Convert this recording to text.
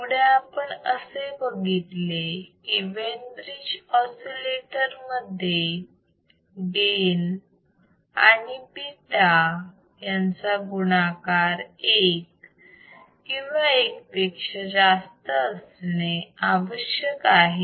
पुढे आपण असे बघितले की वेन ब्रिज ऑसिलेटर मध्ये गेन आणि बीटा चा गुणाकार 1 किंवा 1 पेक्षा जास्त असणे आवश्यक आहे